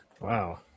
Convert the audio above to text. Wow